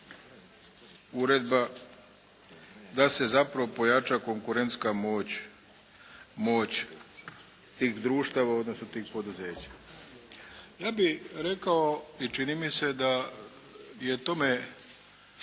uredba da se zapravo pojača konkurentska moć, moć tih društava odnosno tih poduzeća. Ja bih rekao i čini mi se da je tome